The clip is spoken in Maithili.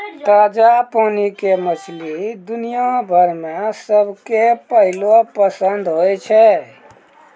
ताजा पानी के मछली दुनिया भर मॅ सबके पहलो पसंद होय छै